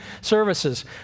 services